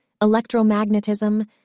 electromagnetism